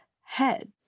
head